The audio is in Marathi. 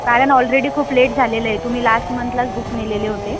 कारण ऑलरेडी खूप लेट झालेलं आहे तुम्ही लास्ट मंथलाच बुक नेलेले होते